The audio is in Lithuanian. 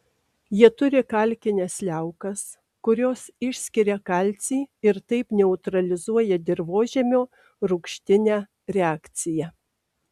jie turi kalkines liaukas kurios išskiria kalcį ir taip neutralizuoja dirvožemio rūgštinę reakciją